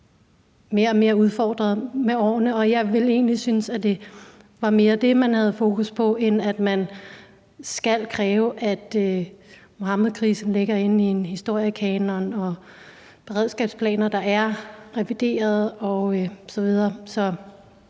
mere og mere udfordret med årene, og jeg ville egentlig synes, at det mere var det, man skulle have fokus på, end at kræve, at Muhammedkrisen ligger i en historiekanon, og at beredskabsplaner er revideret osv.